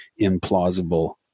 implausible